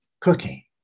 cooking